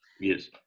yes